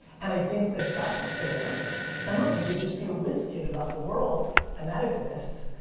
and i think that that's fair and look, you could just be a whiz kid about the world and that exists,